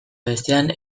bestean